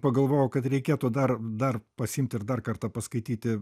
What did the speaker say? pagalvojau kad reikėtų dar dar pasiimti ir dar kartą paskaityti